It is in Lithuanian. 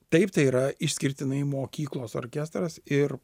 taip tai yra išskirtinai mokyklos orkestras ir